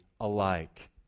alike